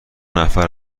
نفر